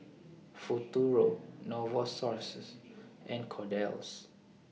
Futuro Novosources and Kordel's